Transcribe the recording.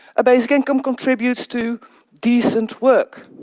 a basic income contributes to decent work.